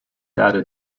data